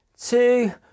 two